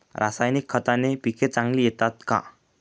रासायनिक खताने पिके चांगली येतात का?